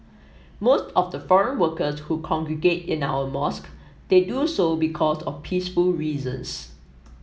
most of the foreign workers who congregate in our mosque they do so because of peaceful reasons